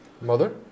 Mother